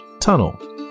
tunnel